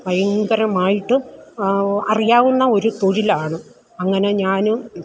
ഭയങ്കരമായിട്ടും അറിയാവുന്ന ഒരു തൊഴിലാണ് അങ്ങനെ ഞാനും